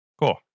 Cool